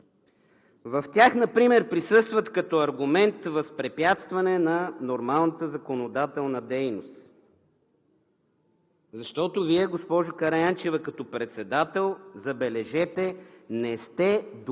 В тях например като аргумент присъства възпрепятстване на нормалната законодателна дейност, защото Вие, госпожо Караянчева, като председател, забележете – не сте допуснали